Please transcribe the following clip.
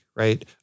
right